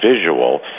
visual